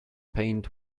paint